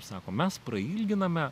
sakom mes prailginame